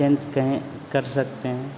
change कहें कर सकते हैं